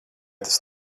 tas